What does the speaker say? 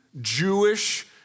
Jewish